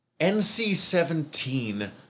NC-17